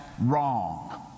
wrong